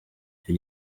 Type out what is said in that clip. icyo